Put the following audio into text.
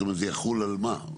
זאת אומרת, זה יחול על מה?